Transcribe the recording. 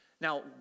Now